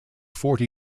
forty